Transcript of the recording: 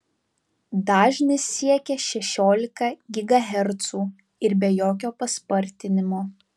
dažnis siekia šešiolika gigahercų ir be jokio paspartinimo